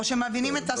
או שמעבירים את הזכות?